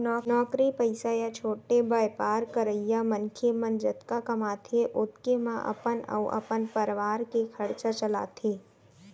नौकरी पइसा या छोटे बयपार करइया मनखे मन जतका कमाथें ओतके म अपन अउ अपन परवार के खरचा चलाथें